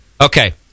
okay